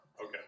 Okay